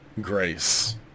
grace